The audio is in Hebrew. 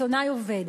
עיתונאי עובד,